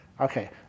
okay